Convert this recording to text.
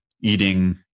eating